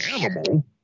animal